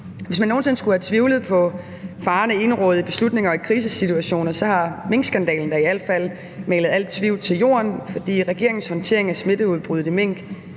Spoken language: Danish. Hvis man nogen sinde skulle have tvivlet på farerne ved egenrådige beslutninger i krisesituationer, har minkskandalen da i al fald manet al tvivl i jorden, for regeringens håndtering af smitteudbruddet hos mink